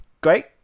Great